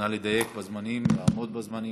נא לדייק בזמנים, לעמוד בזמנים.